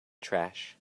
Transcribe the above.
trash